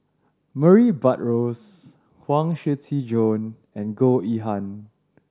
Murray Buttrose Huang Shiqi Joan and Goh Yihan